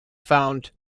found